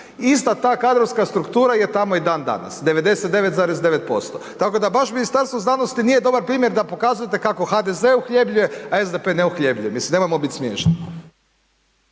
ista ta kadrovska struktura je tamo i dan danas, 99,9%. Tako da baš Ministarstvo znanosti nije dobar primjer da pokazujete kako HDZ uhljebljuje a SDP ne uhljebljuje. Mislim nemojmo biti smješni.